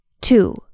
Two